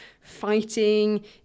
fighting